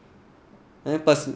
and then personally